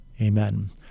Amen